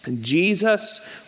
Jesus